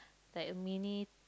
like a mini